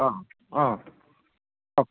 অঁ অঁ কওক